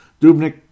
Dubnik